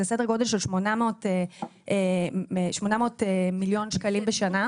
זה סדר גודל של 800 מיליון שקלים בשנה,